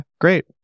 great